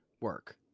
work